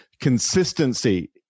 consistency